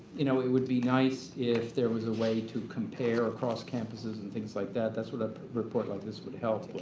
you know it would be nice if there was a way to compare across campuses and things like that. that's what a report like this would help.